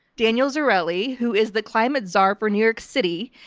daniel zarrilli, who is the climate czar for new york city,